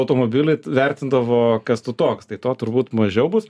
automobilį vertindavo kas tu toks tai to turbūt mažiau bus